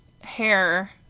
hair